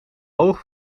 hoog